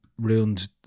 ruined